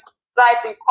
slightly